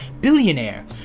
billionaire